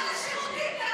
מותר לו ללכת לשירותים.